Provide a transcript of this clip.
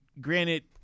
granted